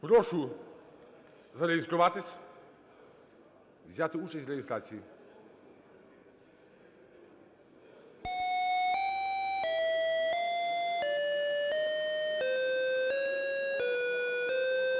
Прошу зареєструватись, взяти участь в реєстрації.